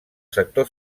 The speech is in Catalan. sector